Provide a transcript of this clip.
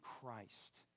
Christ